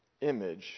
image